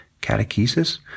catechesis